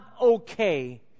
okay